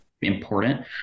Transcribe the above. important